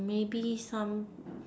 maybe some